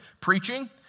preaching